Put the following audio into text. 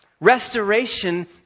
Restoration